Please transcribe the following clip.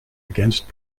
against